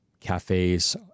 cafes